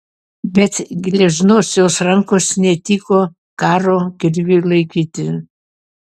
bet gležnos jos rankos netiko karo kirviui laikyti